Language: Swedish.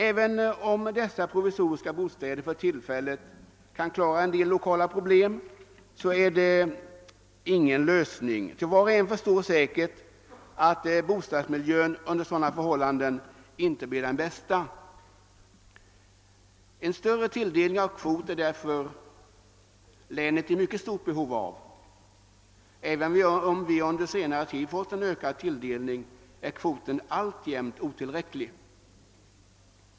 Även om dessa provisoriska bostäder för tillfället kan klara vissa l1okala problem är det ingen lösning, ty var och en förstår säkert att bostadsmiljön under sådana förhållanden inte blir den bästa. Länet är därför i mycket stort behov av en större kvot, och även om vi under senare tid fått ökad tilldelning är kvoten alltjämt otillräcklig.